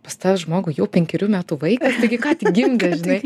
pas tą žmogų jau penkerių metų vaikas taigi ką tik gimdė žinai